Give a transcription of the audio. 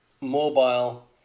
mobile